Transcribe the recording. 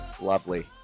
Lovely